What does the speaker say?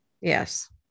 Yes